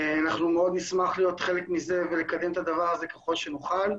אנחנו מאוד נשמח להיות חלק מזה ולקדם את הדבר הזה ככל שנוכל,